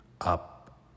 up